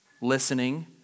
listening